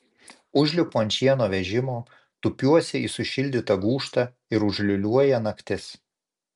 užlipu ant šieno vežimo tupiuosi į sušildytą gūžtą ir užliūliuoja naktis